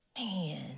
Man